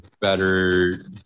better